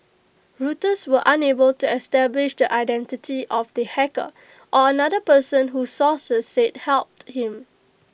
Reuters was unable to establish the identity of the hacker or another person who sources said helped him